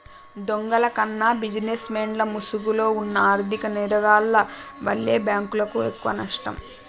దొంగల కన్నా బిజినెస్ మెన్ల ముసుగులో వున్న ఆర్ధిక నేరగాల్ల వల్లే బ్యేంకులకు ఎక్కువనష్టం